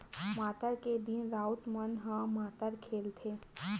मातर के दिन राउत मन ह मातर खेलाथे